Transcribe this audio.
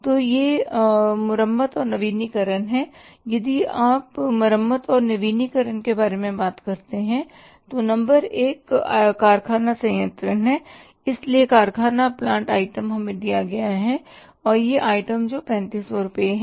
तो यह मरम्मत और नवीकरण है और यदि आप मरम्मत और नवीकरण के बारे में बात करते हैं तो नंबर एक कारखाना संयंत्र है इसलिए कारखाना प्लांट आइटम हमें दिया गया है और वह आइटम जो 3500 रुपये है